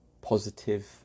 positive